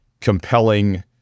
compelling